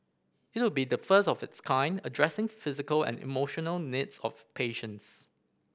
it would be the first of its kind addressing physical and emotional needs of patients